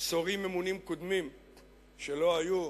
שרים ממונים קודמים שלא היו,